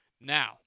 Now